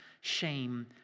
shame